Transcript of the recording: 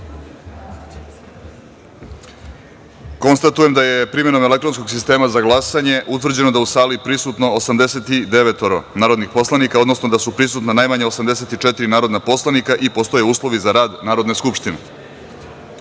sistema. Konstatujem da je, primenom elektronskog sistema za glasanje, utvrđeno da je u sali prisutno 89 narodnih poslanika, odnosno da su prisutna najmanje 84 narodna poslanika i da postoje uslovi za rad Narodne skupštine. Prelazimo